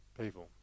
people